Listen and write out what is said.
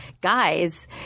guys